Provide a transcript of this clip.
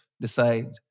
decide